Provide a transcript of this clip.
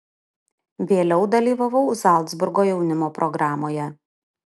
vėliau dalyvavau zalcburgo jaunimo programoje